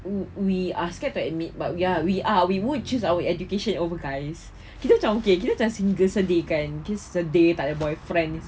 we we are scared to admit but ya we are we we would choose our education over guys kita macam okay kita macam single sedih kan cause sedih tak ada boyfriend